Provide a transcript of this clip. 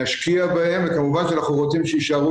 נשקיע בהם וכמובן שאנחנו רוצים שיישארו